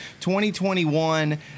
2021